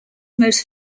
most